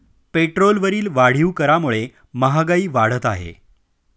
पेट्रोलवरील वाढीव करामुळे महागाई वाढत आहे